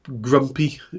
grumpy